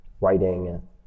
writing